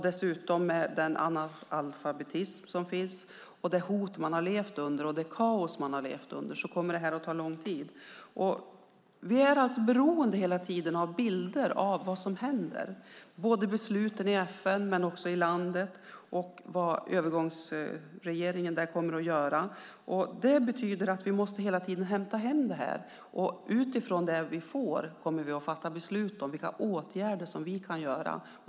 Dessutom innebär den analfabetism som finns och det hot och det kaos man har levt under att det här kommer att ta lång tid. Vi är hela tiden beroende av bilder av vad som händer, av besluten i FN men också i landet och av vad övergångsregeringen kommer att göra. Det betyder att vi hela tiden måste hämta hem den informationen. Utifrån det vi får veta kommer vi att fatta beslut om vilka åtgärder vi kan vidta.